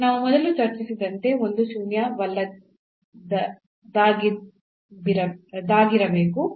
ನಾನು ಮೊದಲು ಚರ್ಚಿಸಿದಂತೆ ಒಂದು ಶೂನ್ಯವಲ್ಲದ್ದಾಗಿರಬೇಕು